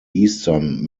eastern